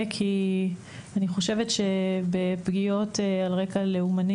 כי אני חושבת שבפגיעות על רקע לאומני